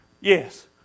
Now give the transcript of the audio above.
Yes